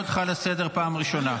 אני קורא אותך לסדר פעם ראשונה.